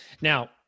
Now